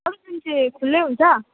अरू दिन चाहिँ खुलै हुन्छ